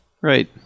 Right